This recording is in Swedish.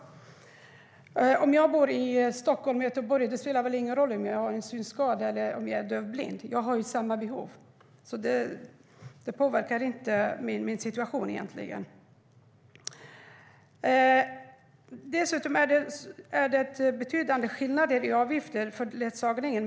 Om jag har en synskada eller är dövblind spelar det väl ingen roll om jag bor i Stockholm eller Göteborg. Jag har ju ändå samma behov. Var jag bor påverkar inte min situation. Dessutom är det skillnader mellan kommunerna i avgifterna för ledsagning.